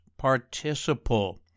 participle